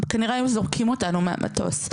הם כנראה היו זורקים אותנו מהמטוס,